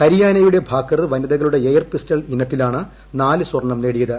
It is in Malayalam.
ഹൃരിയാനയുടെ ഭാക്കർ വനിതകളുടെ എയർ പിസ്റ്റൂൾ ഇന്ത്തിലാണ് നാല് സ്വർണം നേടിയത്